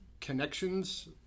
connections